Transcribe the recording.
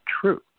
true